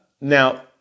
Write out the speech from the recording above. Now